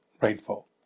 rainfall